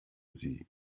sie